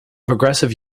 progressive